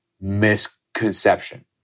misconception